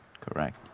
correct